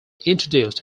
introduced